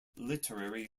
literary